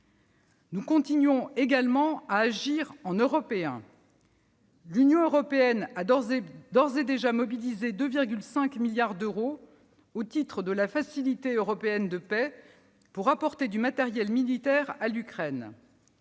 Nous continuons également à agir en Européens. L'Union européenne a d'ores et déjà mobilisé 2,5 milliards d'euros au titre de la Facilité européenne pour la paix pour apporter du matériel militaire à l'Ukraine.